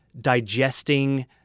digesting